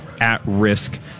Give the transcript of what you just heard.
at-risk